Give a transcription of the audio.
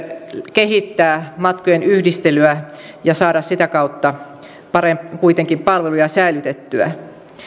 kehittää matkojen yhdistelyä ja saada sitä kautta kuitenkin palveluja säilytettyä